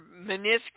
meniscus